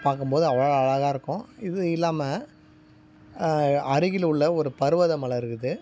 பார்க்கும்போது அவ்வளோ அழகாக இருக்கும் இது இல்லாமல் அருகில் உள்ள ஒரு பருவதமலை இருக்குது